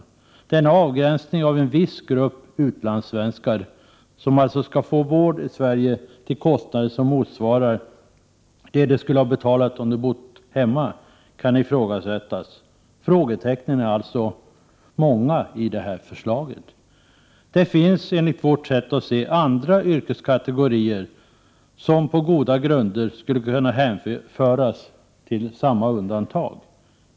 Denna avgränsning av en viss grupp utlandssvenskar, som alltså skall få vård i Sverige till kostnader som motsvarar vad de skulle ha betalat om de bott hemma, kan ifrågasättas. Frågetecknen i förslaget är många. Det finns enligt vårt sätt att se andra yrkeskategorier som på lika goda grunder skulle kunna hänföras till samma undantag.